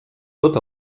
tot